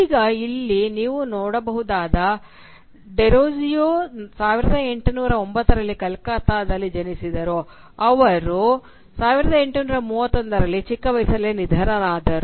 ಈಗ ನೀವು ಇಲ್ಲಿ ನೋಡಬಹುದಾದ ಡೆರೋಜಿಯೊ 1809 ರಲ್ಲಿ ಕಲ್ಕತ್ತಾದಲ್ಲಿ ಜನಿಸಿದರು ಮತ್ತು ಅವರು 1831 ರಲ್ಲಿ ಚಿಕ್ಕ ವಯಸ್ಸಿನಲ್ಲಿಯೇ ನಿಧನರಾದರು